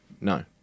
No